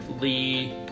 Lee